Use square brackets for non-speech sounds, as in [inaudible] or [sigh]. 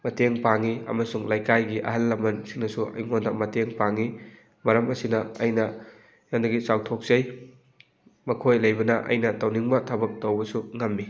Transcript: ꯃꯇꯦꯡ ꯄꯥꯡꯉꯤ ꯑꯃꯁꯨꯡ ꯂꯩꯀꯥꯏꯒꯤ ꯑꯍꯜ ꯂꯃꯟꯁꯤꯡꯅꯁꯨ ꯑꯩꯉꯣꯟꯗ ꯃꯇꯦꯡ ꯄꯥꯡꯉꯤ ꯃꯔꯝ ꯑꯁꯤꯅ ꯑꯩꯅ [unintelligible] ꯆꯥꯎꯊꯣꯛꯆꯩ ꯃꯈꯣꯏ ꯂꯩꯕꯅ ꯑꯩꯅ ꯇꯧꯅꯤꯡꯕ ꯊꯕꯛ ꯇꯧꯕꯁꯨ ꯉꯝꯃꯤ